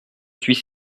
suis